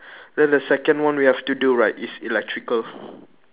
then the second one we have to do right is electrical